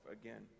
Again